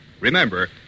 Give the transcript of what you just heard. Remember